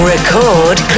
Record